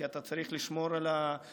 כי אתה צריך לשמור על הגזרה,